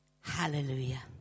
hallelujah